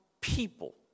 people